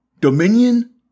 Dominion